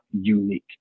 unique